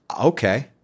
Okay